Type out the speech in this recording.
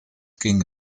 ging